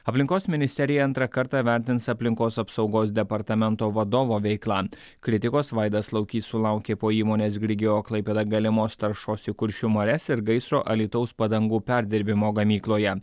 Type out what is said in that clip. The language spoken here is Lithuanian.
aplinkos ministerija antrą kartą vertins aplinkos apsaugos departamento vadovo veiklą kritikos vaidas laukys sulaukė po įmonės grigeo klaipėda galimos taršos į kuršių marias ir gaisro alytaus padangų perdirbimo gamykloje